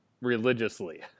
religiously